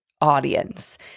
audience